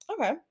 Okay